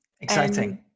Exciting